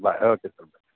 bye okay sir